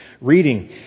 reading